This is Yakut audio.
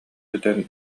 этэн